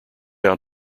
out